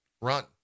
run